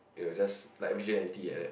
you are just like like that